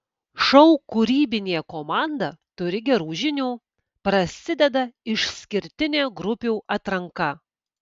šou kūrybinė komanda turi gerų žinių prasideda išskirtinė grupių atranka